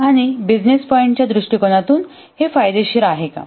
आणि business point च्या दृष्टीकोनातून हे फायदेशीर आहे का